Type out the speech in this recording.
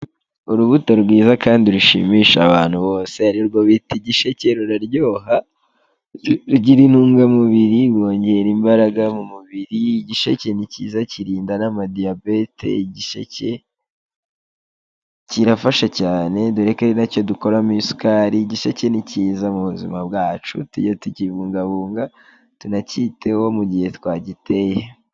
Urubuto rwiza kandi rushimisha abantu bose, arirwo bita igisheke ruraryoha rugira intungamubiri, rwongera imbaraga mu mubiri, igisheke ni cyiza kirinda n'amadiyabete, igisheke kirafasha cyane dore ko ari nacyo dukoramo isukari, igisheke kinini cyiza mu buzima bwacu, tujye tukibungabunga tunacyiteho mu gihe twagiteye.